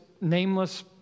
nameless